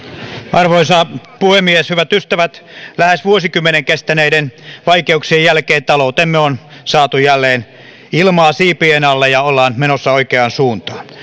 arvoisa puhemies hyvät ystävät lähes vuosikymmenen kestäneiden vaikeuksien jälkeen talouteemme on saatu jälleen ilmaa siipien alle ja ollaan menossa oikeaan suuntaan